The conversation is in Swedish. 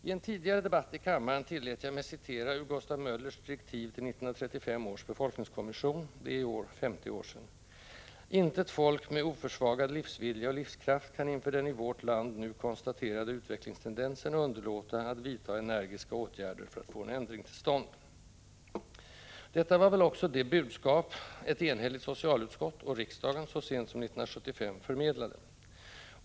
I en tidigare debatt i kammaren tillät jag mig citera ur Gustav Möllers direktiv till 1935 års befolkningskommission — det är i år 50 år sedan: ”Intet folk med oförsvagad livsvilja och livskraft kan inför den i vårt land nu konstaterade utvecklingstendensen underlåta att vidtaga energiska åtgärder för att få en ändring till stånd.” Detta var väl också det budskap ett enhälligt socialutskott — och riksdagen —så sent som år 1975 förmedlade.